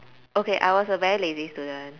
okay I was a very lazy student